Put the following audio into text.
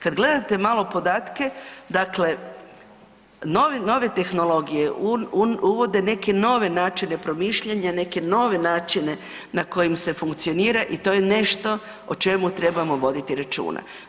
Kad gledate malo podatke, dakle nove tehnologije uvode neke nove načine promišljanja, neke nove načine na kojim se funkcionira i to je nešto o čemu trebamo voditi računa.